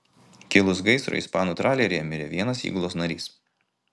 kilus gaisrui ispanų traleryje mirė vienas įgulos narys